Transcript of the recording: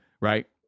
right